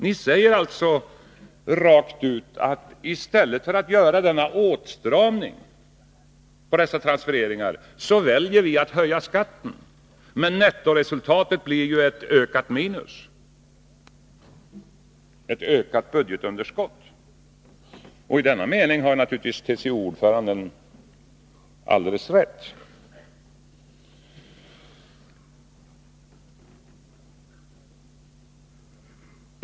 Ni säger alltså rakt ut: I stället för att göra en åtstramning beträffande dessa transfereringar väljer vi att höja skatten. Men nettoresultatet blir ju ett ökat minus, ett ökat budgetunderskott. Och i den meningen har naturligtvis TCO-ordföranden alldeles rätt.